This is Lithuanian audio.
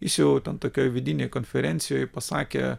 jis jau tokioj vidinėj konferencijoj pasakė